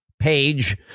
page